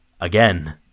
again